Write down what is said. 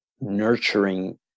Nurturing